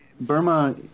Burma